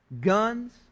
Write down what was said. Guns